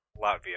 Latvia